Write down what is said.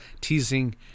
teasing